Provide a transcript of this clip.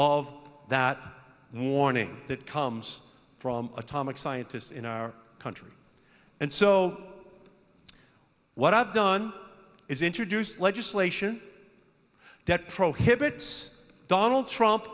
of that warning that comes from atomic scientists in our country and so what i've done is introduce legislation that prohibits donald trump